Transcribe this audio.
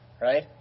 right